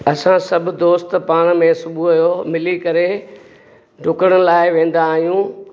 असां दोस्त सभु पाण में सुबुह जो मिली करे डुकण लाइ वेंदा आहियूं